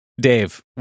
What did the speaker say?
Dave